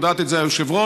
יודעת את זה היושבת-ראש,